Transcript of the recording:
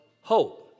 hope